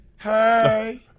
Hey